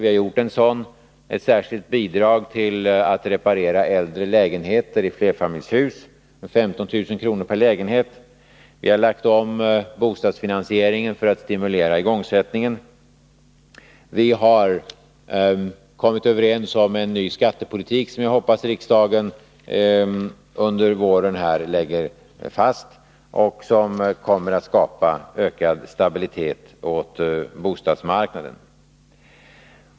Vi har gjort en sådan — ett särskilt bidrag till att reparera äldre lägenheter i flerfamiljshus med 15 000 kr. per lägenhet. Vi har lagt om bostadsfinansieringen för att stimulera igångsättningen, och vi har kommit överens om en ny skattepolitik, som jag hoppas riksdagen under våren lägger fast och som kommer att skapa ökad stabilitet på bostadsmarknaden.